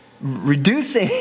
reducing